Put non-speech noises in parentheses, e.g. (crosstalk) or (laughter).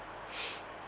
(noise)